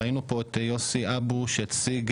ראינו את יוסי אבוש הציג,